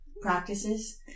practices